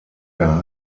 der